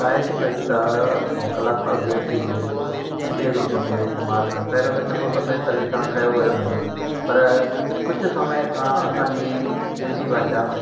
साहित्य कविता ऐं कलाकार बेहतरी जे सिंधीअ रूप में इस्तेमाल पहिरियों त चङो थियो टे तरीक़े सां कयो वेंदो हो पर कुझु समय खां असांजी सिंधी भाषा